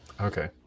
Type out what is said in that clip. Okay